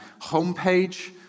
homepage